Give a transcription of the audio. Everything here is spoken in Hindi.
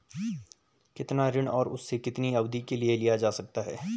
कितना ऋण और उसे कितनी अवधि के लिए लिया जा सकता है?